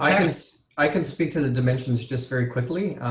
i can speak to the dimensions. just very quickly,